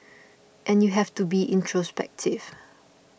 and you have to be introspective